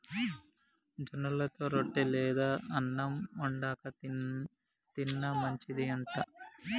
జొన్నలతో రొట్టె లేదా అన్నం వండుకు తిన్న మంచిది అంట